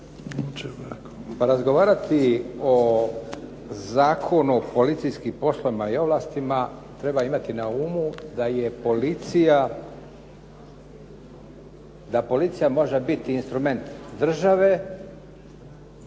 Razgovarati o Zakonu o policijskim poslovima i ovlastima treba imati na umu da je policija, da policija može biti instrument države,